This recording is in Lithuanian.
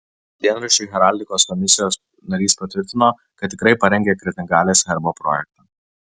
dienraščiui heraldikos komisijos narys patvirtino kad tikrai parengė kretingalės herbo projektą